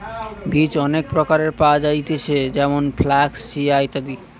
বীজ অনেক প্রকারের পাওয়া যায়তিছে যেমন ফ্লাক্স, চিয়া, ইত্যাদি